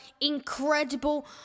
incredible